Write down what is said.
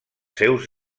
seus